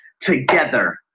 together